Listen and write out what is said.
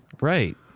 Right